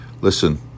listen